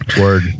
Word